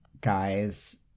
guys